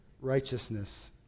righteousness